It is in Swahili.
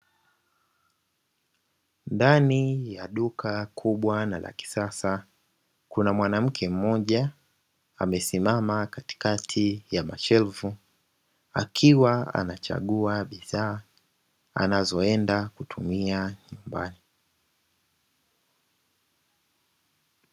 Ndani ya duka kubwa na la kisasa, kuna mwanamke mmoja amesimama katikati ya mashelfu, akiwa anachagua bidhaa anazoenda kutumia nyumbani.